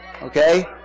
Okay